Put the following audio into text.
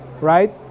right